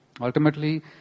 Ultimately